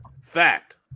Fact